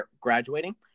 graduating